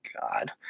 God